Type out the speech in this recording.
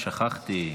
שכחתי.